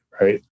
right